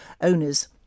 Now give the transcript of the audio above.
owner's